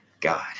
God